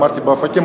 אמרתי: באופקים.